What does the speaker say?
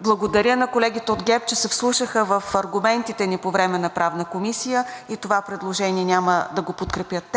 благодаря на колегите от ГЕРБ, че се вслушаха в аргументите ни по време на Правната комисия и това предложение няма да го подкрепят.